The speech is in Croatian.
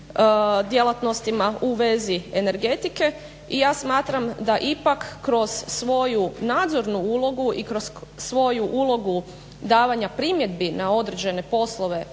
djelatnostima u vezi energetike. I ja smatram da ipak kroz svoju nadzornu ulogu i kroz svoju ulogu davanja primjedbi na određene poslove